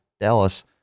Dallas